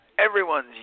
Everyone's